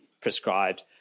prescribed